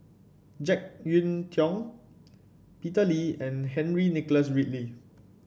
JeK Yeun Thong Peter Lee and Henry Nicholas Ridley